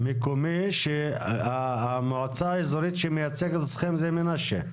ועד מקומי שהמועצה האזורית שמייצגת אתכם זה מנשה.